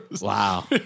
Wow